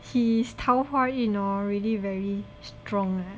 his 桃花运 hor really very strong leh